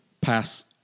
pass